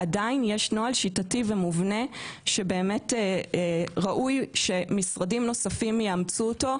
עדיין יש נוהל שיטתי ומובנה שבאמת ראוי שמשרדים אחרים יאמצו אותו.